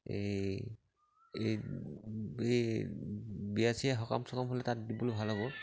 এই এই এই বিয়া চিয়া সকাম চকাম হ'লে তাত দিবলৈ ভাল হ'ব